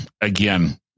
again